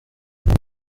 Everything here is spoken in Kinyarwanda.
kuba